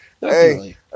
Hey